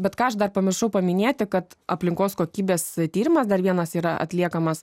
bet ką aš dar pamiršau paminėti kad aplinkos kokybės tyrimas dar vienas yra atliekamas